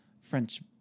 French